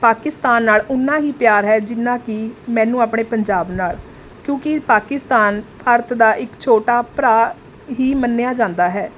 ਪਾਕਿਸਤਾਨ ਨਾਲ਼ ਉੱਨਾਂ ਹੀ ਪਿਆਰ ਹੈ ਜਿੰਨਾ ਕਿ ਮੈਨੂੰ ਆਪਣੇ ਪੰਜਾਬ ਨਾਲ਼ ਕਿਉਂਕਿ ਪਾਕਿਸਤਾਨ ਭਾਰਤ ਦਾ ਇੱਕ ਛੋਟਾ ਭਰਾ ਹੀ ਮੰਨਿਆ ਜਾਂਦਾ ਹੈ